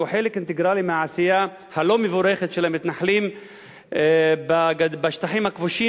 שהוא חלק אינטגרלי של העשייה הלא-מבורכת של המתנחלים בשטחים הכבושים,